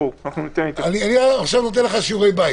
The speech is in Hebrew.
ברור --- אני עכשיו נותן לך שיעורי בית.